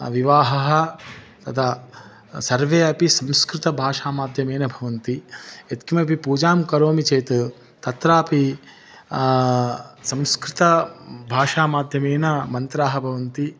विवाहः तदा सर्वे अपि संस्कृतभाषामाध्यमेन भवन्ति यत्किमपि पूजां करोमि चेत् तत्रापि संस्कृत भाषामाध्यमेन मन्त्रः भवन्ति